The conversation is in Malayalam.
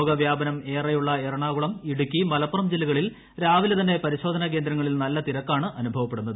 രോഗവ്യാപനം ഏറെയുള്ള എറണാകുളം ഇടുക്കി മലപ്പുറം ജില്ലകളിൽ രാവിലെ തന്നെ പരിശോധനാ കേന്ദ്രങ്ങളിൽ നല്ല തിരക്കാണ് അനുഭവപ്പെടുന്നത്